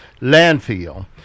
landfill